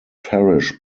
parish